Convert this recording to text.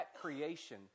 creation